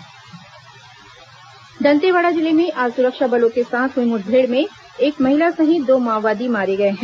माओवादी मुठभेड़ दंतेवाड़ा जिले में आज सुरक्षा बलों के साथ हुई मुठभेड़ में एक महिला सहित दो माओवादी मारे गए हैं